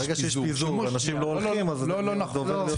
ברגע שיש פיזור ואנשים לא הולכים זה עובר להיות שימוש באמצעים.